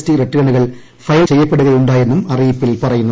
T റിട്ടേണുകൾ file ചെയ്യപ്പെടുകയു ായെന്നും അറിയിപ്പിൽ പറയുന്നു